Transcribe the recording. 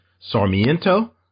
Sarmiento